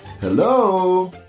Hello